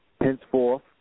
Henceforth